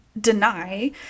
deny